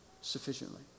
sufficiently